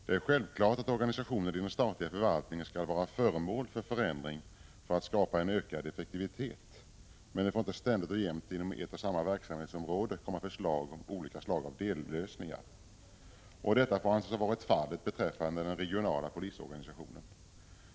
Det är självklart att organisationen i den statliga förvaltningen skall vara föremål för förändring för att man skall kunna skapa en ökad effektivitet. Men det får inte jämt och ständigt inom ett och samma verksamhetsområde komma förslag om olika dellösningar. Detta får anses ha varit fallet beträffande den regionala polisorganisationen.